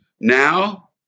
Now